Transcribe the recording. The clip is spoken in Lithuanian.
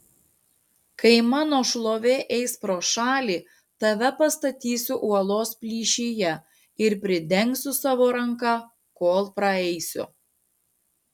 kai mano šlovė eis pro šalį tave pastatysiu uolos plyšyje ir pridengsiu savo ranka kol praeisiu